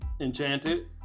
Enchanted